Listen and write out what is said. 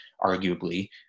arguably